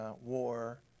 war